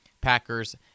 Packers